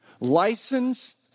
License